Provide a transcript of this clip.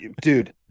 Dude